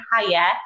higher